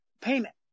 Payment